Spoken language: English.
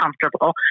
comfortable